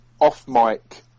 off-mic